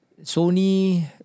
Sony